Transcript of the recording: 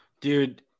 Dude